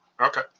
Okay